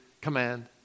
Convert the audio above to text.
command